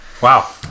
Wow